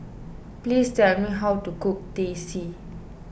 please tell me how to cook Teh C